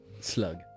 Slug